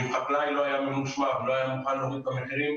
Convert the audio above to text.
אם חקלאי לא היה ממושמע ולא היה מוכן להוריד את המחירים,